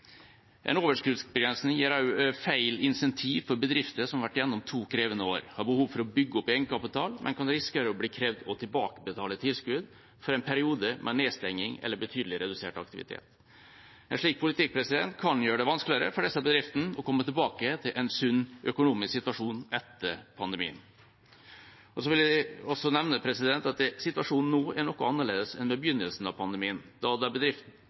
En overskuddsbegrensning gir også feil insentiv for bedrifter som har vært gjennom to krevende år, har behov for å bygge opp egenkapital, men kan risikere å bli krevd å tilbakebetale tilskudd for en periode med nedstenging eller betydelig redusert aktivitet. En slik politikk kan gjøre det vanskeligere for disse bedriftene å komme tilbake til en sunn økonomisk situasjon etter pandemien. Jeg vil også nevne at situasjonen nå er noe annerledes enn ved begynnelsen av pandemien, da